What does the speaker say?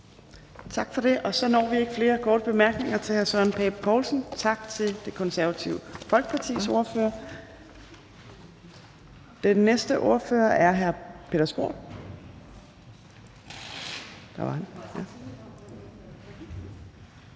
Tak for det. Så når vi ikke flere korte bemærkninger til hr. Søren Pape Poulsen. Tak til Det Konservative Folkepartis ordfører. Den næste ordfører er hr. Peter Skaarup. Værsgo til hr.